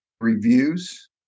reviews